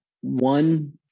one